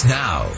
now